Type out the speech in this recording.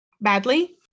badly